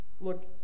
Look